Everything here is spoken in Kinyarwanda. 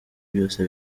byose